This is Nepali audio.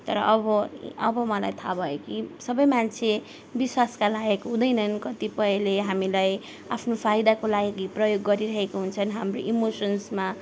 तर अब अब मलाई थाहा भयो कि सबै मान्छे विश्वासका लायक हुँदैनन् कतिपयले हामीलाई आफ्नो फाइदाको लागि प्रयोग गरिरहेको हुन्छन् हाम्रो इमोसन्समा